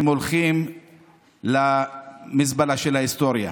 הם הולכים למזבלה של ההיסטוריה.